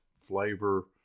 flavor